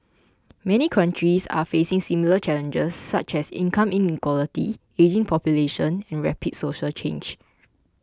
many countries are facing similar challenges such as income inequality ageing population and rapid social change